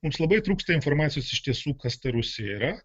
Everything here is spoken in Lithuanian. mums labai trūksta informacijos iš tiesų kas ta rusija yra